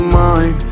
mind